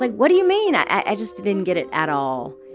like what do you mean? i just didn't get it at all.